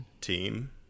Team